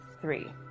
three